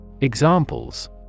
Examples